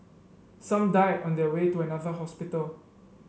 some died on their way to another hospital